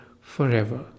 forever